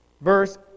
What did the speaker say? verse